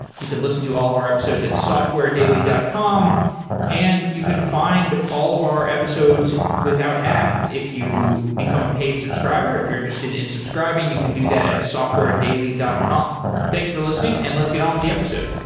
you can listen to all of our episodes at softwaredaily dot com and you can find all of our episodes without ads if you become a paid subscriber. if you're interested in subscribing, you can do that at softwaredaily dot com. thanks for listening, and let's get on with the episode.